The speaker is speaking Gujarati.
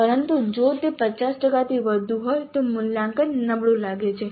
પરંતુ જો તે 50 ટકાથી વધુ હોય તો મૂલ્યાંકન નબળું લાગે છે